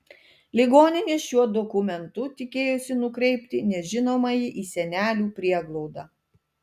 ligoninė šiuo dokumentu tikėjosi nukreipti nežinomąjį į senelių prieglaudą